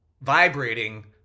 vibrating